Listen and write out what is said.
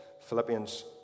Philippians